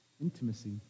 Intimacy